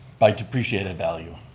by depreciated value.